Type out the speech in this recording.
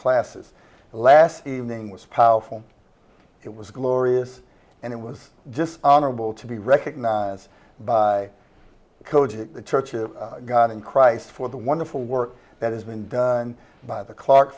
classes last evening was powerful it was glorious and it was just honorable to be recognized by the coach of the church of god in christ for the wonderful work that has been done by the cl